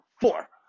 four